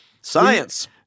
Science